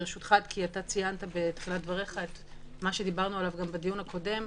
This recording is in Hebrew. אתה ציינת בתחילת דבריך מה שדיברנו עליו גם בדיון הקודם,